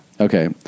Okay